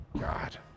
God